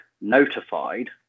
notified